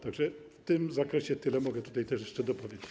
Tak że w tym zakresie tyle mogę tutaj jeszcze dopowiedzieć.